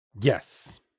yes